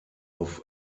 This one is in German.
auf